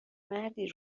مردی